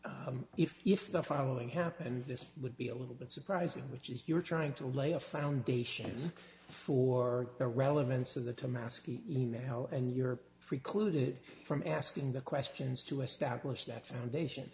if the following happened this would be a little bit surprising which is you're trying to lay a foundation for the relevance of the to mask e mail and you're precluded from asking the questions to establish that foundation